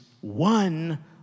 one